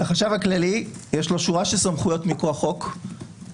לחשב הכללי יש שורה של סמכויות מכוח חוק,